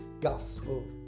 gospel